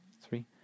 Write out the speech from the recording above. three